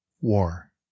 War